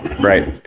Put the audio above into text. Right